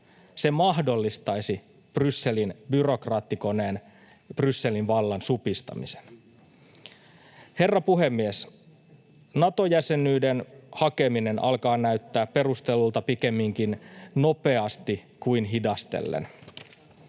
se mahdollistaisi Brysselin byrokraattikoneen, Brysselin vallan supistamisen. Herra puhemies! Nato-jäsenyyden hakeminen alkaa näyttää perustellulta pikemminkin nopeasti kuin hidastellen.